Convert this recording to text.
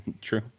True